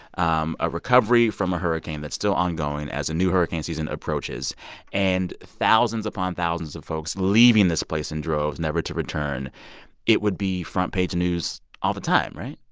um a recovery from a hurricane that's still ongoing as a new hurricane season approaches and thousands upon thousands of folks leaving this place in droves, never to return it would be front page news all the time, right?